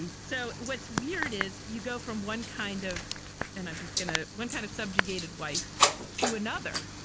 and so what's weird is you go from one kind of and i'm just going to one kind of subjugated wife to another.